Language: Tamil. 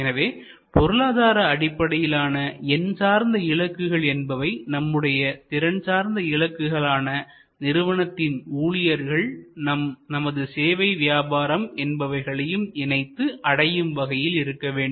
எனவே பொருளாதார அடிப்படையிலான எண் சார்ந்த இலக்குகள் என்பவை நம்முடைய திறன் சார்ந்த இலக்குகள் ஆன நிறுவனத்தின் ஊழியர்கள் நமது சேவை வியாபாரம் என்பவைகளையும் இணைந்து அடையும் வகையில் இருக்க வேண்டும்